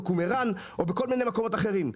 בקומרן או בכל מיני מקומות אחרים.